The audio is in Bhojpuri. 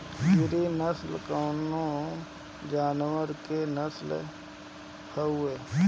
गिरी नश्ल कवने जानवर के नस्ल हयुवे?